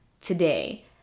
today